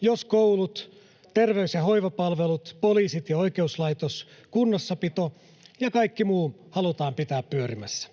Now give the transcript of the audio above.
jos koulut, terveys- ja hoivapalvelut, poliisit ja oikeuslaitos, kunnossapito ja kaikki muu halutaan pitää pyörimässä.